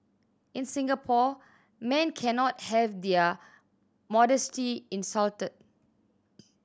in Singapore men cannot have their modesty insulted